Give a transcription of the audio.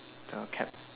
uh cap